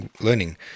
learning